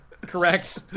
correct